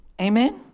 Amen